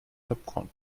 popcorn